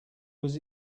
was